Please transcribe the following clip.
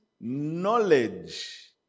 knowledge